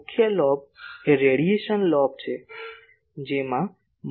મુખ્ય લોબ એ radiation lobe છે જેમાં મહત્તમ રેડિયેશન દિશા હોય છે